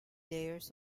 layers